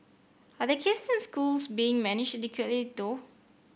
are the case in schools being managed adequately though